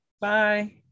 Bye